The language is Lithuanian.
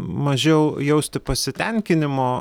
mažiau jausti pasitenkinimo